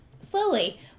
slowly